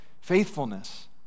faithfulness